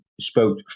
spoke